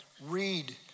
read